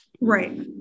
Right